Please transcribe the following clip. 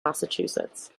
massachusetts